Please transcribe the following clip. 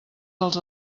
dels